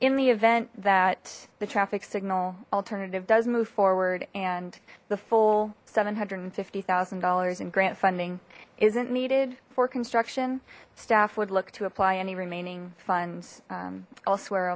in the event that the traffic signal alternative does move forward and the full seven hundred and fifty thousand dollars in grant funding isn't needed for construction staff would look to apply any remaining funds elsewhere